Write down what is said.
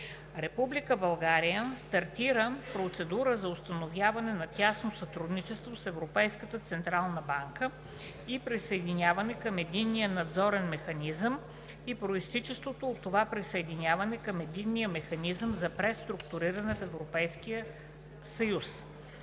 Република България стартира процедура за установяване на тясно сътрудничество с Европейската централна банка и присъединяване към Единния надзорен механизъм и произтичащото от това присъединяване към Единния механизъм за преструктуриране в Европейския съюз.